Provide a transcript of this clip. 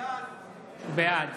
בעד